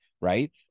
right